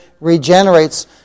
regenerates